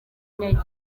intege